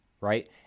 right